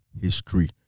history